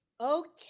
Okay